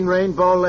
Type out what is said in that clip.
Rainbow